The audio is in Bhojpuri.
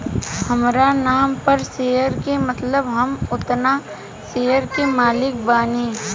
हामरा नाम पर शेयर के मतलब हम ओतना शेयर के मालिक बानी